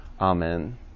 Amen